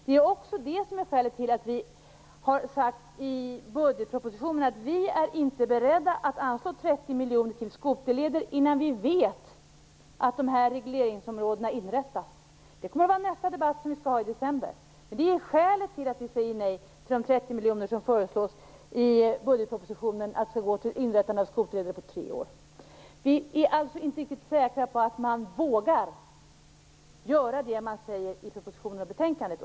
Det är också skälet till att vi med anledning av budgetpropositionen har sagt att vi inte är beredda att anslå 30 miljoner till skoterleder förrän vi vet att regleringsområdena inrättas. Det kommer vi att ta upp i nästa debatt i ämnet i december. Det är alltså skälet till att vi säger nej till de 30 miljoner som föreslås i budgetpropositionen till inrättande av skoterleder på tre år. Vi är alltså inte riktigt säkra på att man vågar göra det man säger i propositionen och betänkandet.